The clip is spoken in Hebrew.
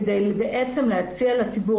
כדי בעצם להציע לציבור,